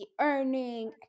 earning